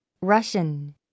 Russian